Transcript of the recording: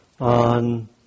on